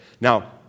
Now